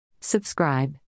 Subscribe